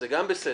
זה גם בסדר.